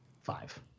Five